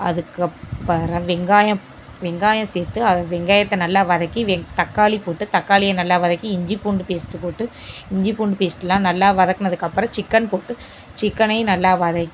அதுக்கப்புறம் வெங்காயம் வெங்காயம் சேர்த்து அது வெங்காயத்தை நல்லா வதக்கி தக்காளி போட்டு தக்காளியை நல்லா வதக்கி இஞ்சி பூண்டு பேஸ்ட்டு போட்டு இஞ்சி பூண்டு பேஸ்ட்டெல்லாம் நல்லா வதக்கினத்துக்கு அப்புறம் சிக்கன் போட்டு சிக்கனையும் நல்லா வதக்கி